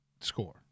score